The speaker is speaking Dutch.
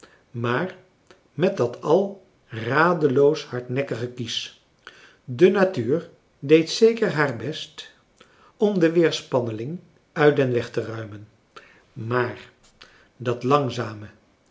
maar met dat al radeloos hardnekkige kies de natuur deed zeker haar best om de weerspanneling uit den weg te ruimen maar dat langzame